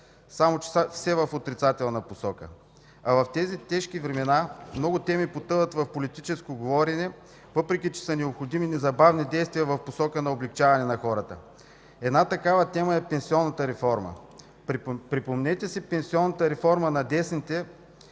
само че все в отрицателна посока. В тези тежки времена много теми потъват в политическо говорене, въпреки че са необходими незабавни действия в посока на облекчаване на хората. Една такава тема е пенсионната реформа. Припомнете си пенсионната реформа на десните,